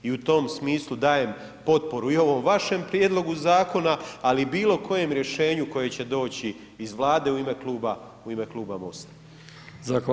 I u tom smislu dajem potporu i ovom vašem prijedlogu zakona, ali i bilo kojem rješenju koje će doći iz Vlade u ime kluba, u ime Kluba MOST-a.